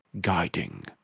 guiding